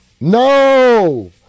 No